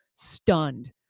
stunned